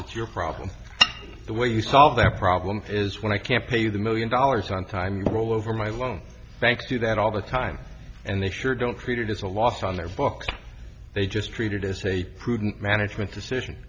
it's your problem the way you solve the problem is when i can't pay the million dollars on time roll over my loan thanks to that all the time and they sure don't create it as a last on their books they just treated as a prudent management decision